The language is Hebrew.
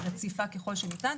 רציפה ככל שניתן,